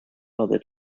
other